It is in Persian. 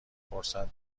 فرصت